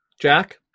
Jack